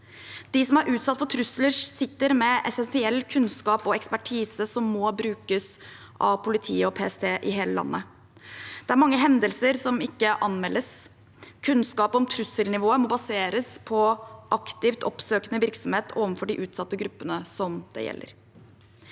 De som er utsatt for trusler, sitter med essensiell kunnskap og ekspertise som må brukes av politiet og PST i hele landet. Det er mange hendelser som ikke anmeldes. Kunnskap om trusselnivået må baseres på aktivt oppsøkende virksomhet overfor de utsatte gruppene som det gjelder.